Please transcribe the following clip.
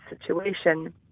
situation